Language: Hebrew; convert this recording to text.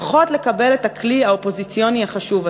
לפחות לקבל את הכלי האופוזיציוני החשוב הזה.